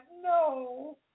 no